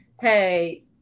hey